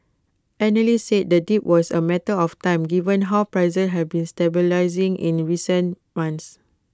analysts said the dip was A matter of time given how prices have been stabilising in recent months